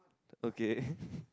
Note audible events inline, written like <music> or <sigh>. okay <laughs>